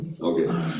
Okay